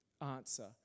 answer